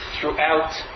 throughout